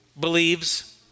Believes